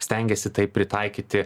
stengiasi tai pritaikyti